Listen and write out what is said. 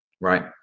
Right